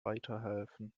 weiterhelfen